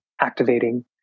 activating